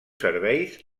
serveis